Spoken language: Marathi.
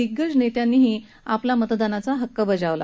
दिग्गज नेत्यानी आपला मतदानाचा हक्क बजावला